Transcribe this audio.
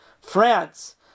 France